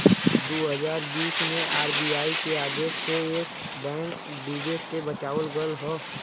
दू हज़ार बीस मे आर.बी.आई के आदेश से येस बैंक के डूबे से बचावल गएल रहे